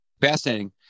Fascinating